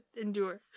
endure